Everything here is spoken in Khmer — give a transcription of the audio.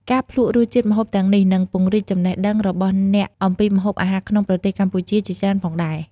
ការភ្លក្សរសជាតិម្ហូបទាំងនេះនឹងពង្រីកចំណេះដឹងរបស់អ្នកអំពីម្ហូបអាហារក្នុងប្រទេសកម្ពុជាជាច្រើនផងដែរ ។